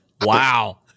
Wow